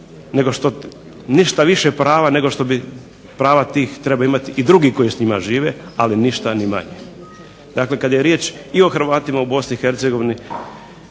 Hrvatske ništa više prava nego što bi prava tih trebao imati i drugi koji s njima žive, ali ništa ni manje. Dakle, kada je riječ i o Hrvatima u Bosni i Hercegovini